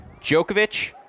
Djokovic